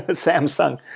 but samsung.